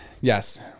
yes